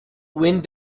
wind